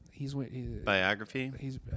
Biography